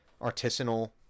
artisanal